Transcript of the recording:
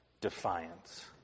defiance